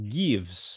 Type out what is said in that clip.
gives